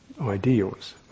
ideals